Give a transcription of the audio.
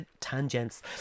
tangents